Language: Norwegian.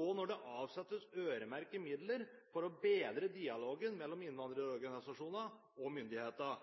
og når det avsettes øremerkede midler for å bedre dialogen mellom innvandrerorganisasjoner og myndigheter,